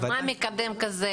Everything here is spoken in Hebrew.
מה מקדם כזה?